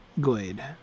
glade